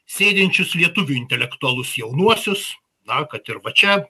sėdinčius lietuvių intelektualus jaunuosius na kad ir va čia